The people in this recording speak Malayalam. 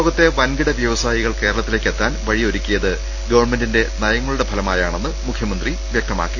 ലോകത്തെ വൻകിട വ്യവസായികൾ കേരളത്തി ലേക്ക് എത്താൻ വഴിയൊരുക്കിയത് ഗവൺമെന്റിന്റെ നയങ്ങളുടെ ഫലമായാണെന്ന് മുഖ്യമന്ത്രി വ്യക്തമാക്കി